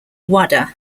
wada